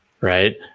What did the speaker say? right